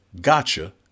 gotcha